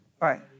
right